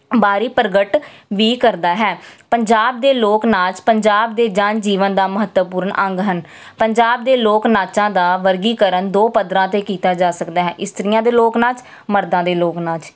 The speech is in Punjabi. ਬਾਹਰੀ ਪ੍ਰਗਟ ਵੀ ਕਰਦਾ ਹੈ ਪੰਜਾਬ ਦੇ ਲੋਕ ਨਾਚ ਪੰਜਾਬ ਦੇ ਜਨ ਜੀਵਨ ਦਾ ਮਹੱਤਵਪੂਰਨ ਅੰਗ ਹਨ ਪੰਜਾਬ ਦੇ ਲੋਕ ਨਾਚਾਂ ਦਾ ਵਰਗੀਕਰਨ ਦੋ ਪੱਧਰਾਂ 'ਤੇ ਕੀਤਾ ਜਾ ਸਕਦਾ ਹੈ ਇਸਤਰੀਆਂ ਦੇ ਲੋਕ ਨਾਚ ਮਰਦਾਂ ਦੇ ਲੋਕ ਨਾਚ